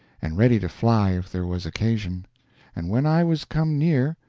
and ready to fly if there was occasion and when i was come near,